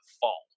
fall